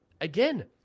again